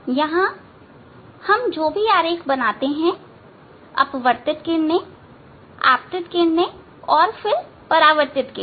यहां भी हम जो भी किरण आरेख बनाते हैं अपवरतित किरणे आपतित किरणे और फिर परावर्तित किरणे